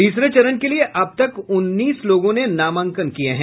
तीसरे चरण के लिए अब तक उन्नीस लोगों ने नामांकन किये हैं